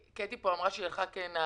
הייתי מעדיף שיהיו פחות תשבחות כדי שלא